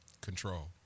Control